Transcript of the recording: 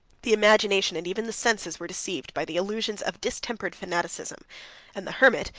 the imagination, and even the senses, were deceived by the illusions of distempered fanaticism and the hermit,